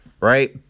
Right